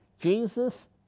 Jesus